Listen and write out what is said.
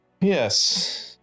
Yes